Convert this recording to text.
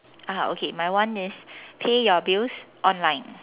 ah okay my one is pay your bills online